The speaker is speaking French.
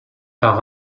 par